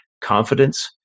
confidence